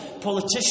Politicians